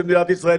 של מדינת ישראל,